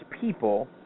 people